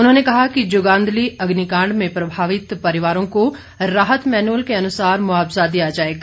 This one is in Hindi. उन्होंने कहा कि जुगांदली अग्निकांड में प्रभावित परिवारों को राहत मैनुअल के अनुसार मुआवजा दिया जाएगा